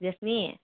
Rashmi